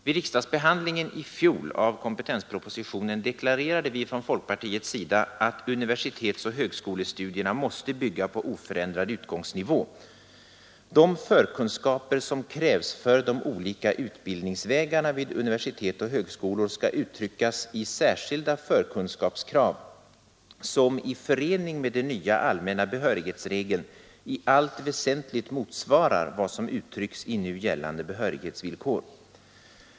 Vid riksdagsbehandlingen i fjol av kompetenspropositionen deklarerade vi ifrån folkpartiets sida att universitetsoch högskolestudierna måste bygga på oförändrad utgångsnivå. De förkunskaper som krävs för de olika utbildningsvägarna vid universitet och högskolor skall uttryckas i särskilda förkunskapskrav som i förening med den nya allmänna behörighetsregeln i allt väsentligt motsvarar vad som uttrycks i nu gällande behörighetsvillkor.